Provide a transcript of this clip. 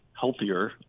healthier